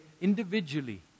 individually